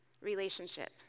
relationship